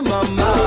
Mama